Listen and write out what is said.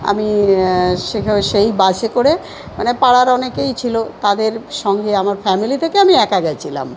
আমি সেখানে সেই বাসে করে মানে পাড়ার অনেকেই ছিল তাদের সঙ্গে আমার ফ্যামিলি থেকে আমি একা গেছিলাম